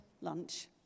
lunch